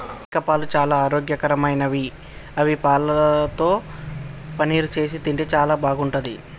మేకపాలు చాలా ఆరోగ్యకరమైనవి ఆ పాలతో పన్నీరు చేసి తింటే చాలా బాగుంటది